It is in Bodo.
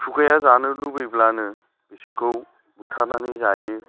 खुगाया जानो लुगैब्लानो बिसोरखौ बुथारनानै जायो